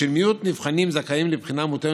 בשל מיעוט נבחנים זכאים לבחינה מותאמת